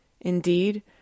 Indeed